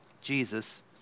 Jesus